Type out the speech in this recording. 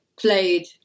played